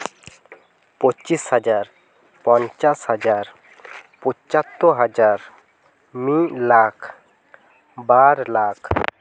ᱯᱚᱸᱪᱤᱥ ᱦᱟᱡᱟᱨ ᱯᱚᱧᱪᱟᱥ ᱦᱟᱡᱟᱨ ᱯᱚᱪᱟᱛᱛᱳᱨ ᱦᱟᱡᱟᱨ ᱢᱤᱫ ᱞᱟᱠᱷ ᱵᱟᱨ ᱞᱟᱠᱷ